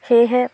সেয়েহে